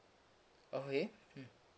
okay mm